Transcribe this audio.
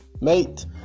mate